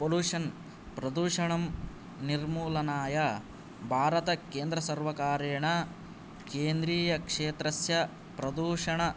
pollution प्रदूषणं निर्मूलनाय भारत केन्द्र सर्वकारेण केन्द्रीय क्षेत्रस्य प्रदूषण